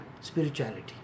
spirituality